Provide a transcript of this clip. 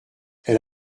elle